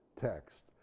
text